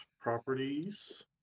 Properties